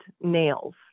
nails